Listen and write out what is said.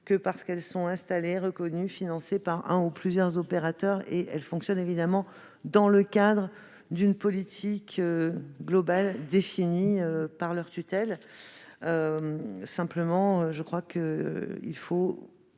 que parce qu'elles sont installées, reconnues et financées par un ou plusieurs opérateurs ; elles fonctionnent évidemment dans le cadre d'une politique globale définie par leur tutelle. La confiance que nous